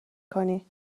کنی